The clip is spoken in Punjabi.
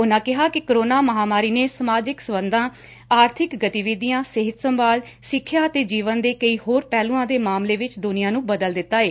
ਉਨਾਂ ਕਿਹਾ ਕਿ ਕੋਰੋਨਾ ਮਹਾਂਮਾਰੀ ਨੇ ਸਮਾਜਕ ਸਬੰਧਾਂ ਆਰਬਿਕ ਗਤੀਵਿਧੀਆਂ ਸਿਹਤ ਸੰਭਾਲ ਸਿੱਖਿਆ ਅਤੇ ਜੀਵਨ ਦੇ ਕਈ ਹੋਰ ਪਹਿਲੂਆਂ ਦੇ ਮਾਮਲੇ ਵਿਚ ਦੁਨੀਆਂ ਨੂੰ ਬਦਲ ਦਿੱਤਾ ਏ